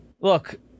look